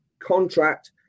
Contract